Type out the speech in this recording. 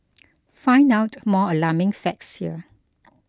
find out more alarming facts here